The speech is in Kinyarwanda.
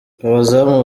abazamu